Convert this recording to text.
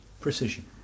precision